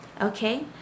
Okay